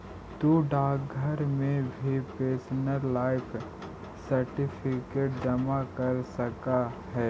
तु डाकघर में भी पेंशनर लाइफ सर्टिफिकेट जमा करा सकऽ हे